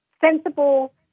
Sensible